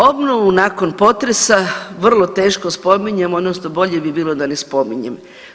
Obnovu nakon potresa vrlo teško spominjemo, odnosno bolje bi bilo da ne spominjem.